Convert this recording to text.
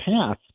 path